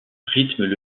rythment